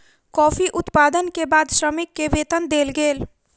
coffee उत्पादन के बाद श्रमिक के वेतन देल गेल